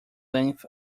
length